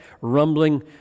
rumbling